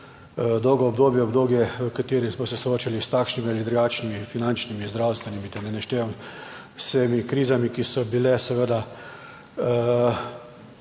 dolgo obdobje. Obdobje, v katerem smo se soočali s takšnimi ali drugačnimi finančnimi, zdravstvenimi, da ne naštevam, z vsemi krizami, ki so bile seveda